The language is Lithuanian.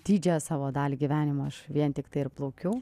didžiąją savo dalį gyvenimo aš vien tiktai ir plaukiau